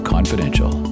Confidential